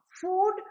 food